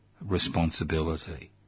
responsibility